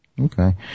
Okay